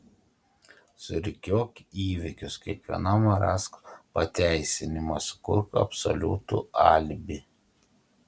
surikiuok įvykius kiekvienam rask pateisinimą sukurk absoliutų alibi